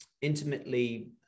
intimately